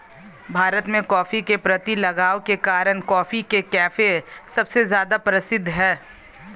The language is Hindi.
भारत में, कॉफ़ी के प्रति लगाव के कारण, कॉफी के कैफ़े सबसे ज्यादा प्रसिद्ध है